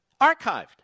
archived